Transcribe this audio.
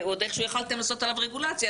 כשהיה מלכ"ר ועוד איכשהו יכולתם לעשות עליו רגולציה,